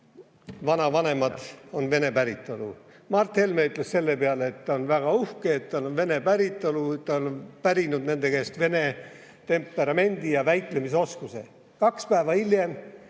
[esi]vanemad on vene päritolu. Mart Helme ütles selle peale, et ta on väga uhke, et tal on vene päritolu, et ta on pärinud nende käest vene temperamendi ja väitlemisoskuse. Kaks päeva hiljem